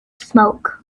smoke